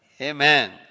Amen